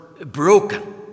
broken